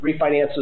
refinances